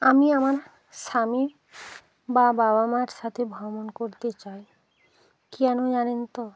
আমি আমার স্বামী বা বাবা মার সাথে ভ্রমণ করতে চাই কেন জানেন তো